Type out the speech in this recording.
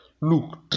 Look